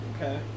Okay